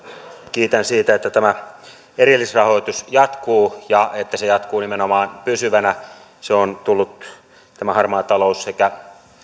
kiitän siitä että tämä erillisrahoitus jatkuu ja että se jatkuu nimenomaan pysyvänä tämä harmaa talous on tullut sekä